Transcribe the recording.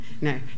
No